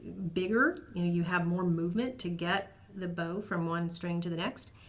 bigger, you have more movement to get the bow from one string to the next.